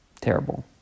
Terrible